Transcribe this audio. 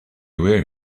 were